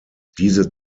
diese